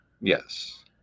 Yes